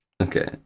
Okay